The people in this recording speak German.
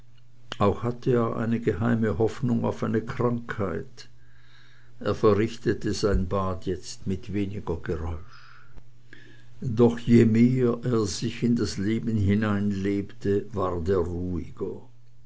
auch hatte er eine geheime hoffnung auf eine krankheit er verrichtete sein baden jetzt mit weniger geräusch doch je mehr er sich in das leben hineinlebte ward er ruhiger